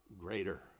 greater